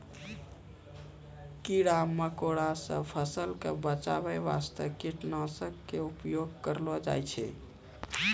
कीड़ा मकोड़ा सॅ फसल क बचाय वास्तॅ कीटनाशक के उपयोग करलो जाय छै